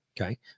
Okay